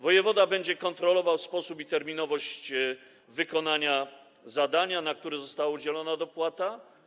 Wojewoda będzie kontrolował sposób i terminowość wykonania zadania, na które została udzielona dopłata.